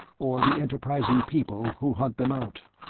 or the enterprising people who hunt them out.